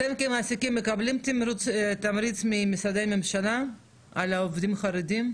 אתם כמעסיקים מקבלים תמריץ ממשרדי הממשלה על עובדים חרדים?